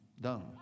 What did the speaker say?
done